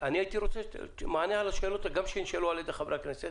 אני הייתי רוצה מענה על השאלות שנשאלו על ידי חברי הכנסת